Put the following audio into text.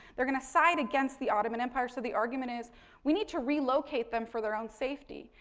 they're going to side against the ottoman empire. so, the argument is we need to relocate them for their own safety.